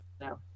No